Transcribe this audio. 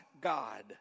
God